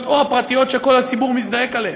או הפרטיות שכל הציבור מזדעק עליהן?